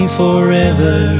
forever